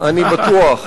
אני בטוח,